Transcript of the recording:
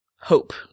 hope